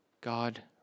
God